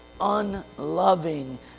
unloving